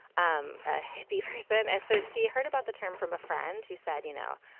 um a heavy person. and so she heard about the term from a friend who said, you know,